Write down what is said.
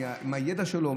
מהידע שלו,